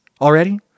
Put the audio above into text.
already